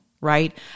right